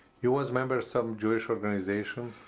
you was member of some jewish organization?